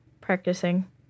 practicing